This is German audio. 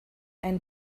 ein